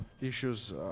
issues